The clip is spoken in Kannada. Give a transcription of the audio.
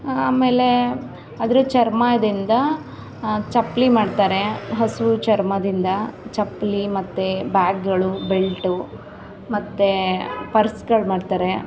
ಆಮೇಲೆ ಅದ್ರ ಚರ್ಮದಿಂದ ಚಪ್ಪಲಿ ಮಾಡ್ತಾರೆ ಹಸು ಚರ್ಮದಿಂದ ಚಪ್ಪಲಿ ಮತ್ತು ಬ್ಯಾಗ್ಗಳು ಬೆಲ್ಟು ಮತ್ತು ಪರ್ಸ್ಗಳು ಮಾಡ್ತಾರೆ